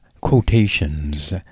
quotations